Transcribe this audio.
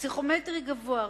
פסיכומטרי גבוה,